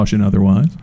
otherwise